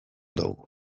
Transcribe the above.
dugu